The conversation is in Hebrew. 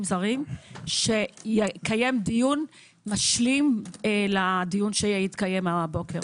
זרים שיקיים דיון משלים לדיון שהתקיים הבוקר.